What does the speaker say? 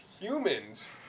humans